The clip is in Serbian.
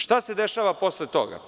Šta se dešava posle toga?